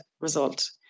result